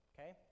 Okay